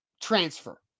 transfer